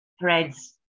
Threads